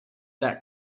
that